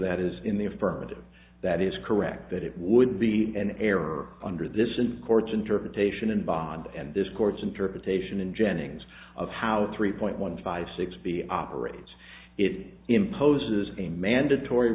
that is in the affirmative that is correct that it would be an error under this in the court's interpretation and bond and this court's interpretation in jennings of how three point one five six b operates it imposes a mandatory